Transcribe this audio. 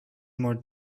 more